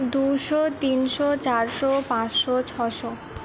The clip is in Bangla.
দুশো তিনশো চারশো পাঁশশো ছশো